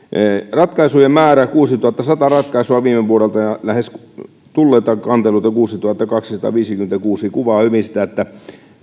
ratkaisujen määrä kuusituhattasata ratkaisua viime vuodelta ja tulleita kanteluita kuusituhattakaksisataaviisikymmentäkuusi kuvaa hyvin sitä että